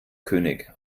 könig